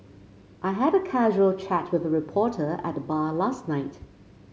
I had a casual chat with a reporter at the bar last night